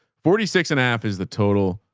forty six and a half is the total.